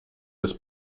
des